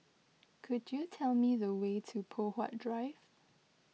could you tell me the way to Poh Huat Drive